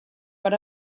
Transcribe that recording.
per